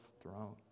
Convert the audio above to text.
throne